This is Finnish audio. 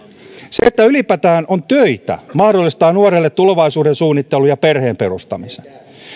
se että ylipäätään on töitä mahdollistaa nuorelle tulevaisuuden suunnittelun ja perheen perustamisen